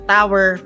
Tower